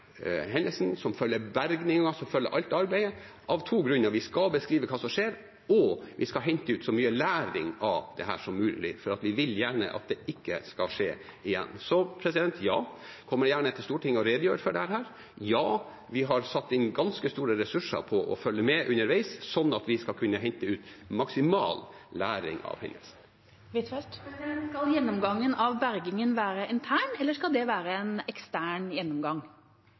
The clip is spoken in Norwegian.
alt det arbeidet, av to grunner: Vi skal beskrive hva som skjer, og vi skal hente ut så mye læring av dette som mulig, for vi vil gjerne at det ikke skal skje igjen. Så: Ja, jeg kommer gjerne til Stortinget for å redegjøre om dette. Og ja, vi har satt inn ganske store ressurser for å følge med underveis slik at vi skal kunne hente ut maksimalt med læring av hendelsen. Anniken Huitfeldt – til oppfølgingsspørsmål. Skal gjennomgangen av bergingen være intern, eller skal det være en ekstern gjennomgang?